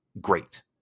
great